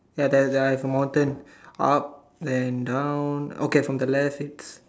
ya there is a mountain up and down okay from the left it's